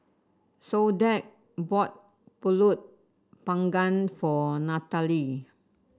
Soledad bought pulut panggang for Natalee